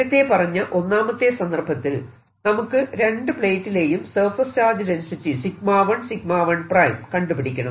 നേരത്തെ പറഞ്ഞ ഒന്നാമത്തെ സന്ദർഭത്തിൽ നമുക്ക് രണ്ടു പ്ലേറ്റിലെയും സർഫേസ് ചാർജ് ഡെൻസിറ്റി 𝜎1 𝜎1 ʹ കണ്ടുപിടിക്കണം